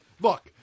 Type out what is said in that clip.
Look